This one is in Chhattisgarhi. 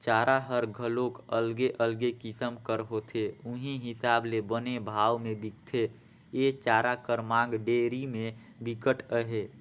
चारा हर घलोक अलगे अलगे किसम कर होथे उहीं हिसाब ले बने भाव में बिकथे, ए चारा कर मांग डेयरी में बिकट अहे